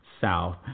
south